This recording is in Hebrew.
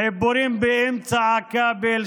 חיבורים באמצע הכבל,